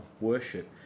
worship